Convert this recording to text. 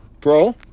Bro